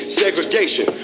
segregation